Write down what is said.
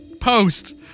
post